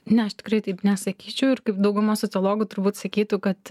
ne aš tikrai taip nesakyčiau ir kaip dauguma sociologų turbūt sakytų kad